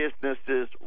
businesses